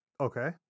Okay